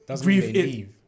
grieve